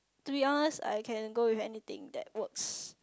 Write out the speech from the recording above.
three ask I can go with anything that's works